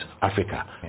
Africa